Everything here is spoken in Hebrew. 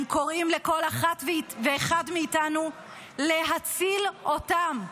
הם קוראים לכול אחת ואחד מאיתנו להציל אותם.